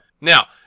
Now